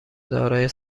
دارای